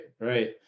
Right